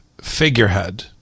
figurehead